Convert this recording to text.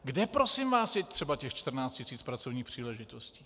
Kde, prosím vás, je třeba těch 14 tisíc pracovních příležitostí?